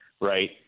right